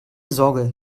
sorge